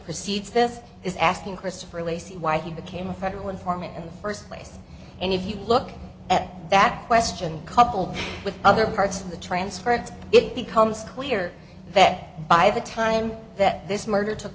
precedes this is asking christopher lacy why he became a federal informant in the first place and if you look at that question coupled with other parts of the transcript it becomes clear that by the time that this murder took